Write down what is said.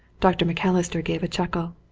dr. macalister gave a chuckle.